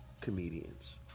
comedians